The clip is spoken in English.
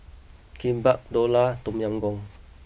Kimbap Dhokla Tom Yam Goong